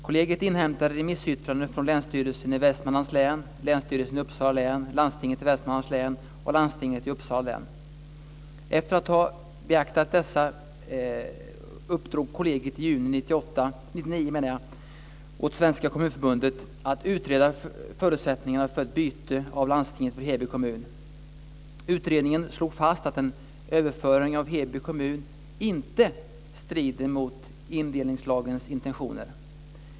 Kollegiet inhämtade remissyttranden från Länsstyrelsen i Västmanlands län, Länsstyrelsen i Uppsala län, landstinget i Västmanlands län och landstinget i Uppsala län. Efter att ha beaktat dessa yttranden uppdrog kollegiet i juni 1999 åt Svenska Kommunförbundet att utreda förutsättningarna för ett byte av landsting för Heby kommun. Utredningen slog fast att en överföring av Heby kommun inte strider mot indelningslagens intentioner.